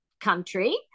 country